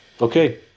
Okay